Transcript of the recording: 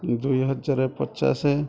ଦୁଇ ହଜାର ପଚାଶ